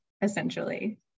essentially